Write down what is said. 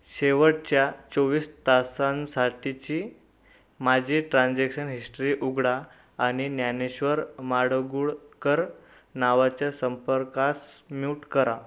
शेवटच्या चोवीस तासांसाठीची माझी ट्रान्झॅक्शन हिस्ट्री उघडा आणि ज्ञानेश्वर माडगूळकर नावाच्या संपर्कास म्यूट करा